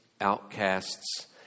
outcasts